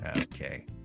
Okay